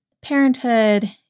parenthood